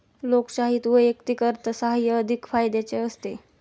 लोकशाहीत वैयक्तिक अर्थसाहाय्य अधिक फायद्याचे असते